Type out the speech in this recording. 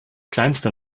kleinste